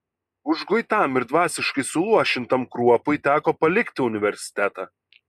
užguitam ir dvasiškai suluošintam kruopui teko palikti universitetą